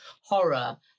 horror